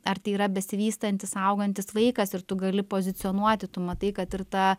ar tai yra besivystantis augantis vaikas ir tu gali pozicionuoti tu matai kad ir ta